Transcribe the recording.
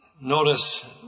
notice